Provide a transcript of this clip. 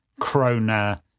krona